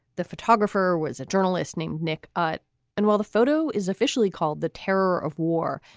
the photographer was a journalist named nick. ah but and while the photo is officially called the terror of war,